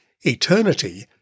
Eternity